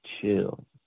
chill